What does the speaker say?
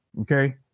Okay